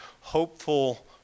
hopeful